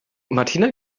martina